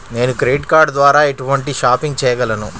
నేను credit card ద్వార ఎటువంటి షాపింగ్ చెయ్యగలను?